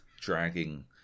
dragging